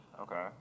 Okay